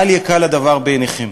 אל יקל הדבר בעיניכם.